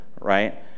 right